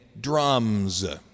drums